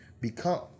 become